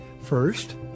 First